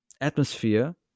atmosphere